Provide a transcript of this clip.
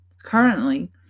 currently